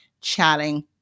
chatting